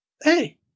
hey